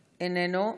איננו.